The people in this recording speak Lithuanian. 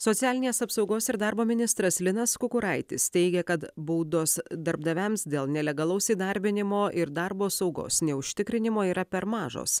socialinės apsaugos ir darbo ministras linas kukuraitis teigia kad baudos darbdaviams dėl nelegalaus įdarbinimo ir darbo saugos neužtikrinimo yra per mažos